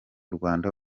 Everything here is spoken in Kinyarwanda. rwanda